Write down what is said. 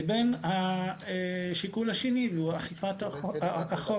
לבין השיקול השני, שהוא אכיפת החוק.